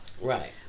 Right